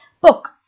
book